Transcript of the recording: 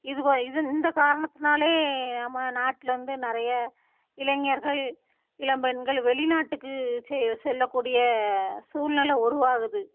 இதுவாக இது இந்த காரணத்தினாலே நம்ம நாட்டில வந்து நிறைய இளைஞர்கள் இளம்பெண்கள் வெளிநாட்டுக்கு செ செல்லகூடிய சூழ்நில உருவாகுது